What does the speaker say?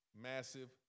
massive